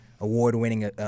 award-winning